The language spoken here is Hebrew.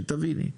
שתביני,